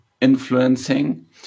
influencing